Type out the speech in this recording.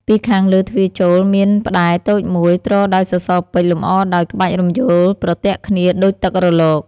ពីខាងលើទ្វារចូល មាន ផ្តែរតូចមួយ ទ្រដោយសសរពេជ្រ លម្អដោយ ក្បាច់រំយោលប្រទាក់គ្នាដូចទឹករលក។